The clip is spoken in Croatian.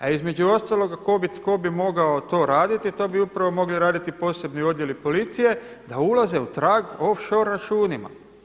A između ostaloga tko bi mogao to raditi, to bi upravo mogli raditi posebni odjeli policije, da ulaze u trag off shore računima.